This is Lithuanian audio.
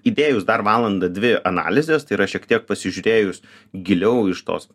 įdėjus dar valandą dvi analizės tai yra šiek tiek pasižiūrėjus giliau iš tos